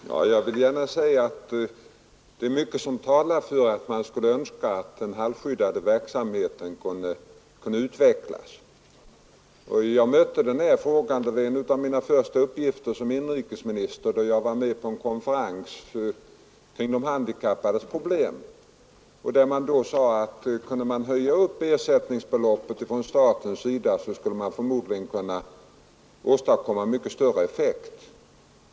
Herr talman! Jag vill gärna säga att det är mycket som talar för att den halvskyddade verksamheten borde utvecklas. Jag mötte den här frågan under en av mina första uppgifter som inrikesminister, då jag var med på en konferens kring de handikappades problem. Det sades då att kunde man höja ersättningsbeloppet från statens sida, skulle man förmodligen kunna åstadkomma mycket större effekt.